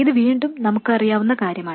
ഇത് വീണ്ടും നമുക്കറിയാവുന്ന കാര്യമാണ്